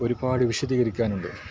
ഒരുപാട് വിശദീകരിക്കാനുണ്ട്